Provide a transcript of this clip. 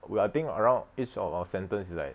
well I think around each of our sentences is like